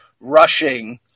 rushing